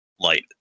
light